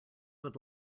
would